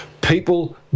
People